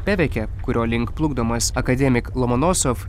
peveke kurio link plukdomas akademik lomonosov